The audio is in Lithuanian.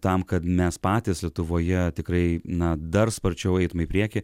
tam kad mes patys lietuvoje tikrai na dar sparčiau eitume į priekį